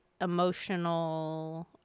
emotional